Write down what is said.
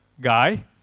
guy